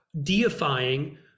deifying